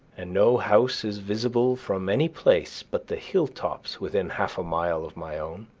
and no house is visible from any place but the hill-tops within half a mile of my own.